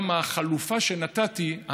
גם החלופה שנתתי,